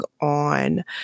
on